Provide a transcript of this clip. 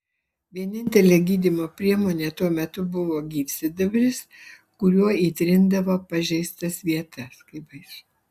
vienintelė gydymo priemonė tuo metu buvo gyvsidabris kuriuo įtrindavo pažeistas vietas